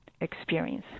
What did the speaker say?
experience